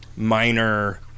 minor